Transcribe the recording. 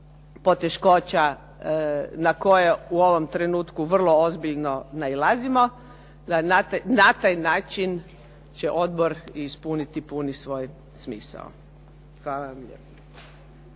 poteškoća na koje u ovom trenutku vrlo ozbiljno nailazimo, na taj način će odbor ispuniti puni svoj smisao. Hvala vam